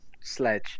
sledge